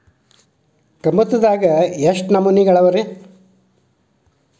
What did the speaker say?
ಕಮತದಲ್ಲಿ ಎಷ್ಟು ನಮೂನೆಗಳಿವೆ ರಿ?